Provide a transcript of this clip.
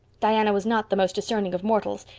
diana was not the most discerning of mortals,